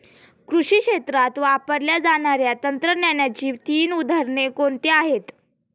कृषी क्षेत्रात वापरल्या जाणाऱ्या तंत्रज्ञानाची तीन उदाहरणे कोणती आहेत?